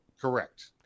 Correct